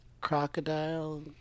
crocodile